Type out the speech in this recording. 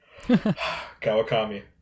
Kawakami